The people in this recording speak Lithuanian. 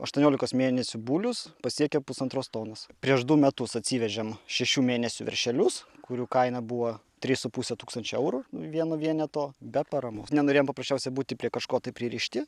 aštuoniolikos mėnesių bulius pasiekia pusantros tonos prieš du metus atsivežėm šešių mėnesių veršelius kurių kaina buvo trys su puse tūkstančio eurų vieno vieneto be paramos nenorėjom paprasčiausiai būti prie kažko tai pririšti